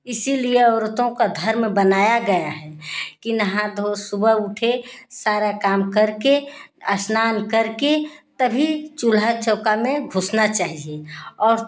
इसलिए औरतों का धर्म बनाया गया है कि नहा धो सुबह उठे सारा काम करके स्नान करके तभी चूल्हा चौका में घुसना चाहिए और